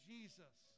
Jesus